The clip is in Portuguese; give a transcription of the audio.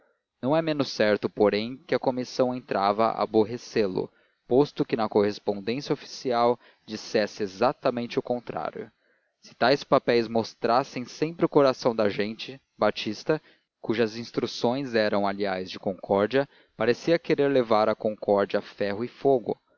não é menos certo porém que a comissão entrava a aborrecê lo posto que na correspondência oficial dissesse exatamente o contrário se tais papéis mostrassem sempre o coração da gente batista cujas instruções eram aliás de concórdia parecia querer levar a concórdia a ferro e fogo